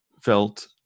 felt